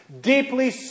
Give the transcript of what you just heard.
deeply